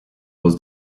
was